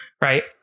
Right